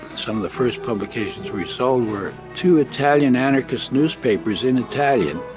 some of the first publications we sold were two italian anarchist newspapers in italian,